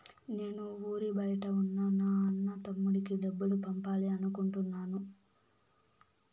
నేను ఊరి బయట ఉన్న నా అన్న, తమ్ముడికి డబ్బులు పంపాలి అనుకుంటున్నాను